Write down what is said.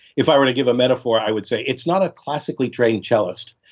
if i were to give a metaphor, i would say it's not a classically tray and chaliced,